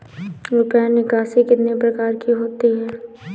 रुपया निकासी कितनी प्रकार की होती है?